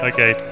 Okay